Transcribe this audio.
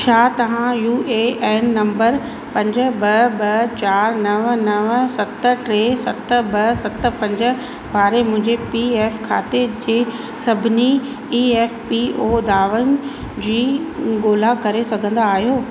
छा तव्हां U A N number पंज ॿ ॿ चार नव नव सत टे सत ॿ सत पंज वारे मुंहिंजे पी एफ खाते जे सभिनी ई एफ़ पी ओ दावन जी ॻोल्हा करे सघंदा आहियो